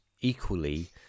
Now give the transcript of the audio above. equally